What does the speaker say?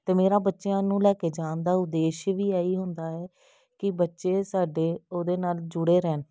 ਅਤੇ ਮੇਰਾ ਬੱਚਿਆਂ ਨੂੰ ਲੈ ਕੇ ਜਾਣ ਦਾ ਉਦੇਸ਼ ਵੀ ਇਹੀ ਹੁੰਦਾ ਹੈ ਕਿ ਬੱਚੇ ਸਾਡੇ ਉਹਦੇ ਨਾਲ ਜੁੜੇ ਰਹਿਣ